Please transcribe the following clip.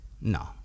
No